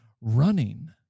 running